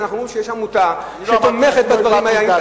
שאנחנו אומרים שיש עמותה שתומכת בדברים האלה,